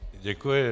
Děkuji.